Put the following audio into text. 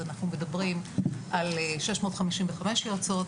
אז אנחנו מדברים על 655 יועצות.